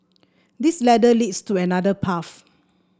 this ladder leads to another path